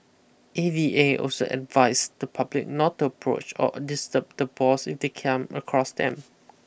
A V A also advised the public not to approach or disturb the boars if they come across them